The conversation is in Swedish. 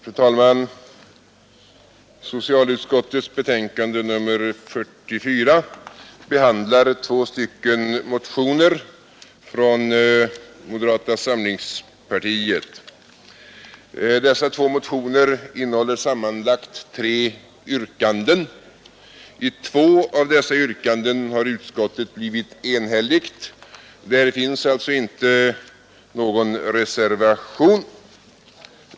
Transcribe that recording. Fru talman! Socialutskottets betänkande nr 44 behandlar två motioner från moderata samlingspartiet. Dessa två motioner innehåller sammanlagt tre yrkanden. I fråga om två av dessa yrkanden har utskottet blivit enhälligt — där finns alltså inte någon reservation.